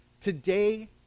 Today